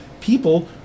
people